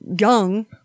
young